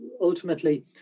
ultimately